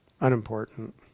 unimportant